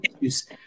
issues